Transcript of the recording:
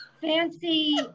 fancy